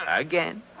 Again